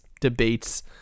debates